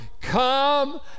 Come